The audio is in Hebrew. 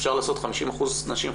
אפשר לעשות 50% נשים,